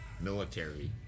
military